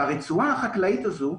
ברצועה החקלאית הזו,